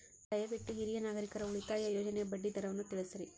ದಯವಿಟ್ಟು ಹಿರಿಯ ನಾಗರಿಕರ ಉಳಿತಾಯ ಯೋಜನೆಯ ಬಡ್ಡಿ ದರವನ್ನು ತಿಳಿಸ್ರಿ